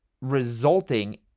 resulting